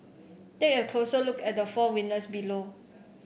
take a closer look at the four winners below